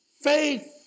Faith